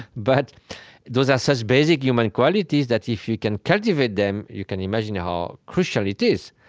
but those are such basic human qualities that if you can cultivate them, you can imagine how crucial it is.